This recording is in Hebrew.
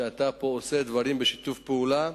שאתה עושה פה דברים בשיתוף פעולה.